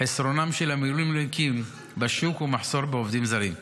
חסרונם של המילואימניקים בשוק ומחסור בעובדים זרים.